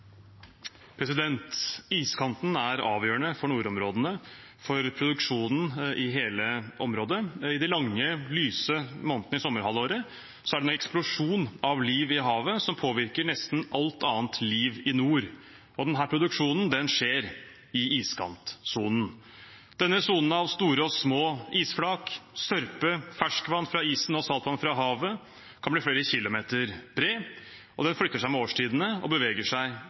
rette. Iskanten er avgjørende for nordområdene, for produksjonen i hele området, og i de lange, lyse månedene i sommerhalvåret er det en eksplosjon av liv i havet som påvirker nesten alt annet liv i nord. Og denne produksjonen skjer i iskantsonen. Denne sonen av store og små isflak, sørpe, ferskvann fra isen og saltvann fra havet kan bli flere kilometer bred, og den flytter seg med årstidene og beveger seg